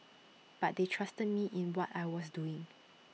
but they trusted me in what I was doing